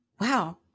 wow